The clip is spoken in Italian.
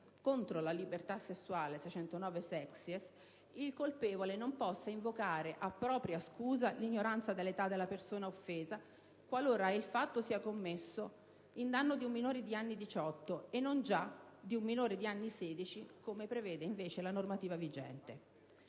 contro la libertà sessuale - 609-*sexies -* il colpevole non possa invocare a propria scusa l'ignoranza dell'età della persona offesa, qualora il fatto sia commesso in danno di un minore di anni diciotto e non già di un minore di anni sedici, come prevede invece la normativa vigente.